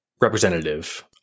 representative